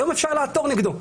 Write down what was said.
היום אפשר לעתור נגדו.